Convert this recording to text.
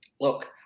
look